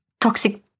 toxic